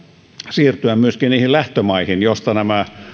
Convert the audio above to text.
siirtyä myöskin niihin lähtömaihin joista nämä